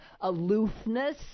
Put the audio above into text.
aloofness